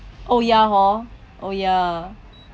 oh ya hor oh yeah